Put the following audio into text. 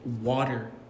water